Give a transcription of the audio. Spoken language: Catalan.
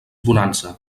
bonança